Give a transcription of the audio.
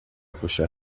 puxar